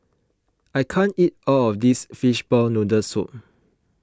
I can't eat all of this Fishball Noodle Soup